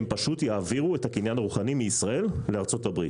הן פשוט יעבירו את הקניין הרוחני מישראל לארצות הברית.